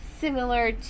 similar